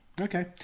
Okay